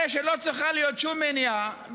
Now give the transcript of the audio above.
הרי שלא צריכה להיות שום מניעה.